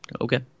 Okay